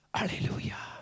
Hallelujah